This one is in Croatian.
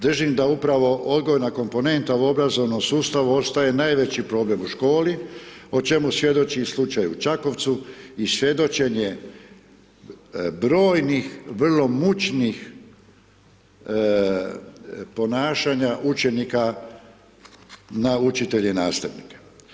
Držim da upravo odgojna komponenta u obrazovnom sustavu ostaje najveći problem u školi o čemu svjedoči i slučaj u Čakovcu i svjedočenje brojnih vrlo mučnih ponašanja učenika na učitelje i nastavnike.